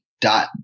dot